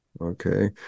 okay